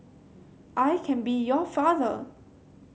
I can be your father